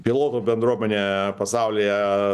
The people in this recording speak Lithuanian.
pilotų bendruomenėje pasaulyje